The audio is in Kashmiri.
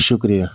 شُکریہ